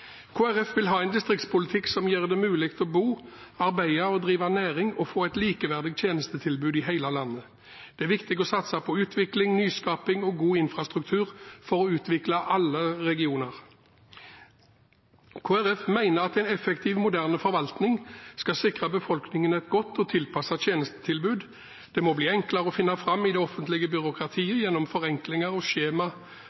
Folkeparti vil ha en distriktspolitikk som gjør det mulig å bo, arbeide, drive næring og få et likeverdig tjenestetilbud i hele landet. Det er viktig å satse på utvikling, nyskaping og god infrastruktur for å utvikle alle regioner. Kristelig Folkeparti mener at en effektiv, moderne forvaltning skal sikre befolkningen et godt og tilpasset tjenestetilbud. Det må bli enklere å finne fram i det offentlige byråkratiet